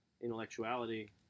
intellectuality